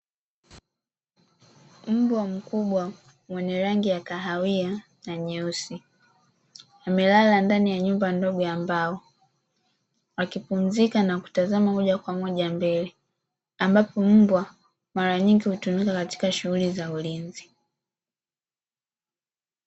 Mbwa mkubwa mwenye rangi ya kahawia na nyeusi amelala ndani ya nyumba ndogo ya mbao, akipumzika na kutazama moja kwa moja mbele, ambapo mbwa mara nyingi hutumika katika shughuli za ulinzi.